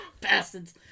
Bastards